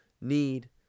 need